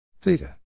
Theta